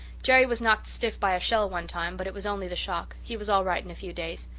jerry was knocked stiff by a shell one time, but it was only the shock. he was all right in a few days.